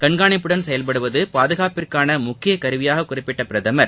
கண்காணிப்புடன் செயல்படுவது பாதுகாப்பிற்கான முக்கிய முக்கிய கருவியாகக் குறிப்பிட்ட பிரதமர்